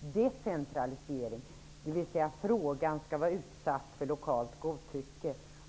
decentralisering, dvs. frågan skall vara utsatt för lokalt godtycke.